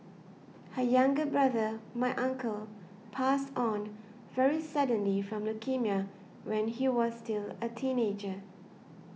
her younger brother my uncle passed on very suddenly from leukaemia when he was still a teenager